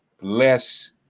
less